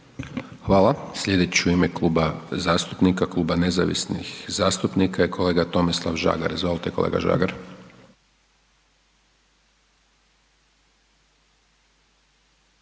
Hvala. Slijedeći u ime Kluba zastupnika, Kluba nezavisnih zastupnika je kolega Tomislav Žagar, izvolite kolega Žagar.